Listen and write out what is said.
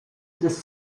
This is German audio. des